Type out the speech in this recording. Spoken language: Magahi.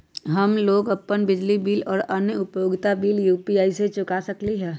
हम लोग अपन बिजली बिल और अन्य उपयोगिता बिल यू.पी.आई से चुका सकिली ह